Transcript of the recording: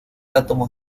átomos